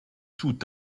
tout